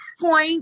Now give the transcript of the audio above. point